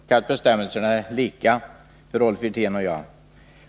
Fru talman! Då har vi tolkat bestämmelserna lika, Rolf Wirtén och jag.